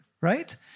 right